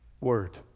word